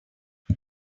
but